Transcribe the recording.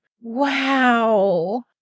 Wow